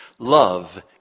Love